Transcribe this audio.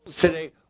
today